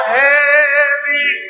heavy